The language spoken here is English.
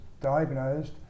diagnosed